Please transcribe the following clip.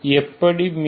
எப்படி மீண்டும்